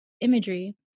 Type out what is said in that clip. imagery